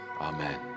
Amen